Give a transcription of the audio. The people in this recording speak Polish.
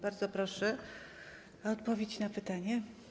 Bardzo proszę o odpowiedź na pytanie.